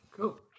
cool